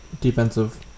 Defensive